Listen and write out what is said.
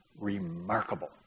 remarkable